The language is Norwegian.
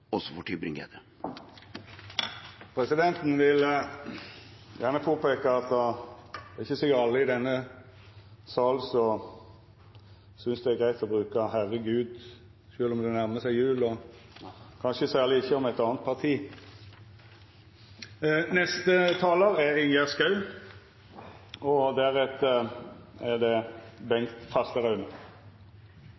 også for Tybring-Gjedde. Presidenten vil påpeika at det ikkje er sikkert at alle i denne salen synest det er greitt å bruka uttrykket «herregud» sjølv om det nærmar seg jul, og kanskje særleg ikkje om eit anna parti. Det forslaget til statsbudsjett som regjeringen har lagt fram, og som vi har besluttet når det